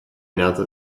announced